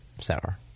sour